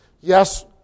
Yes